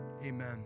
amen